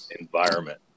environment